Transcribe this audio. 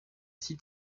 six